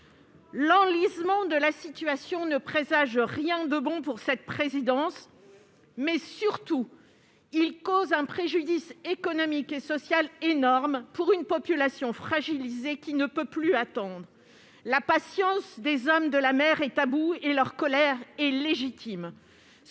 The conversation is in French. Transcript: L'enlisement de la situation ne laisse rien présager de bon pour cette présidence. Surtout, il cause un préjudice économique et social énorme à une population fragilisée, qui ne peut plus attendre. La patience des hommes de la mer est à bout et leur colère est légitime.